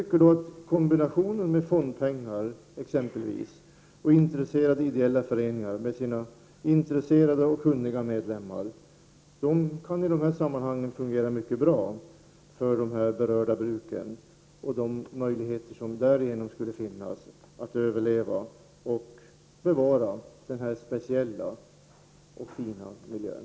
Kombinationen med fondpengar — exempelvis — och ideella föreningar med deras intresserade och kunniga medlemmar kan i dessa sammanhang fungera mycket bra för de berörda bruken och därigenom ge möjligheter att överleva och bevara den här speciella och fina miljön.